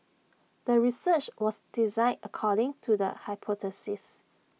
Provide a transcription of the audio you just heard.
the research was designed according to the hypothesis